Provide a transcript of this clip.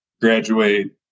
Graduate